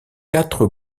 quatre